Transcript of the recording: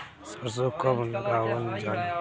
सरसो कब लगावल जाला?